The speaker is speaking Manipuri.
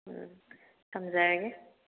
ꯎꯝ ꯊꯝꯖꯔꯒꯦ